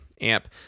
amp